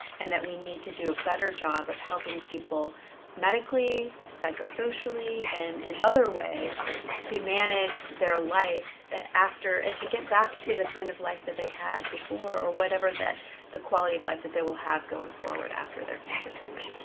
and that we need to do a better job of helping people medically, psychosocially, and in other ways to manage their life after, and to get back to the kind of life that they had before, or whatever the quality of life that they will have going forward after their cancer treatment.